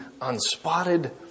unspotted